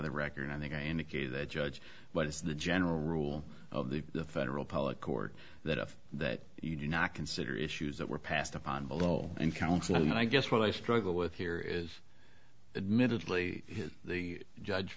the record i think i indicated that judge what is the general rule of the federal public court that if that you do not consider issues that were passed upon below in council and i guess what i struggle with here is admittedly the judge